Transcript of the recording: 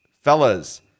fellas